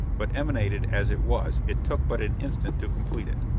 but emanated as it was, it took but an instant to complete it.